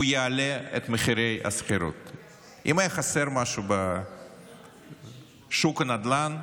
אם היה חסר משהו בשוק הנדל"ן,